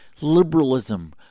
liberalism